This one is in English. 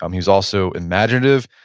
um he's also imaginative,